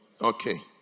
Okay